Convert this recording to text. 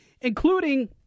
including